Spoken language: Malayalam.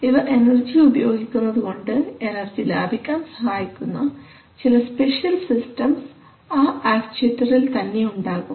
ഇവ എനർജി ഉപയോഗിക്കുന്നതുകൊണ്ട് എനർജി ലാഭിക്കാൻ സഹായിക്കുന്ന ചില സ്പെഷ്യൽ സിസ്റ്റംസ് ആ ആക്ച്ചുവെറ്ററിൽ തന്നെ ഉണ്ടാകും